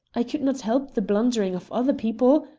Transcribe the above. i could not help the blundering of other people.